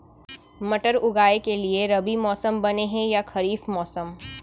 मटर उगाए के लिए रबि मौसम बने हे या खरीफ मौसम?